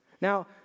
Now